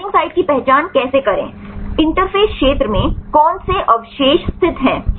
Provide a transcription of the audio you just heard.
binding site की पहचान कैसे करें इंटरफ़ेस क्षेत्र में कौन से अवशेष स्थित हैं